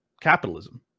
capitalism